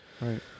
Right